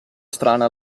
strana